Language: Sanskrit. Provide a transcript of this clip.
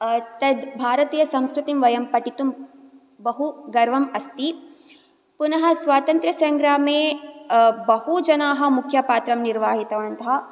तत् भारतीय संस्कृतिं वयं पठितुं बहु गर्वः अस्ति पुनः स्वातन्त्रयसङ्ग्रामे बहु जनाः मुख्यपात्रं निर्वाहितवन्तः